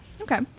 Okay